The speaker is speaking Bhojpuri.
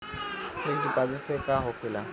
फिक्स डिपाँजिट से का होखे ला?